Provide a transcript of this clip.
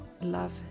love